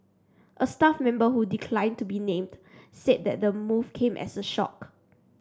a staff member who declined to be named said the move came as a shock